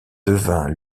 devint